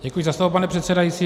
Děkuji za slovo, pane předsedající.